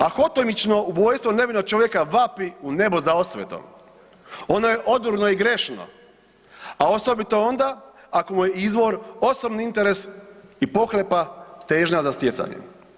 A hotimično ubojstvo nevinog čovjeka u nebo za osvetom, ono je odurno i grešno a osobito onda ako mu je izvor osobni interes i pohlepa težnja za stjecanjem.